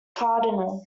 cardinal